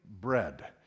bread